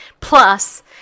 plus